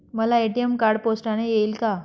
मला ATM card पोस्टाने येईल का?